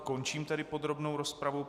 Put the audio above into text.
Končím tedy podrobnou rozpravu.